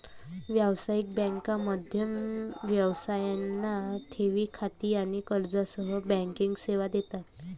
व्यावसायिक बँका मध्यम व्यवसायांना ठेवी खाती आणि कर्जासह बँकिंग सेवा देतात